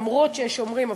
למרות שיש שומרים,